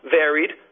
varied